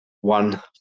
one